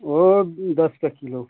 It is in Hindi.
वह दस का किलो